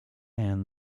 anne